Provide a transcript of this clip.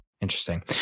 interesting